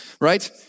Right